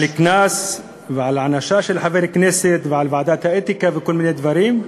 על קנס ועל הענשה של חבר כנסת ועל ועדת האתיקה וכל מיני דברים,